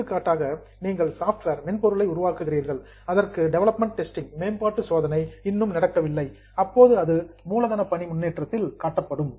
எடுத்துக் காட்டாக நீங்கள் சில சாப்ட்வேர் மென்பொருளை உருவாக்குகிறீர்கள் அதற்கு டெவலப்மெண்ட் டெஸ்டிங் மேம்பாட்டு சோதனை இன்னும் நடக்கவில்லை அப்போது அது மூலதன பணி முன்னேற்றத்தில் காட்டப்படும்